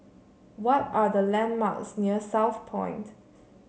what are the landmarks near Southpoint